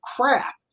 crap